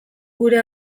gure